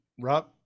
Rob